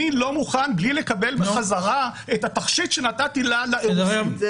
אני לא מוכן בלי לקבל בחזרה את התכשיט שנתתי לה לאירוסין.